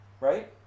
right